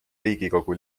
riigikogu